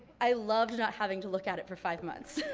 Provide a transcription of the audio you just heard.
i loved not having to look at it for five months.